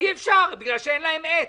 אי אפשר כי אין להם עט.